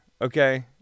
okay